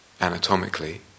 anatomically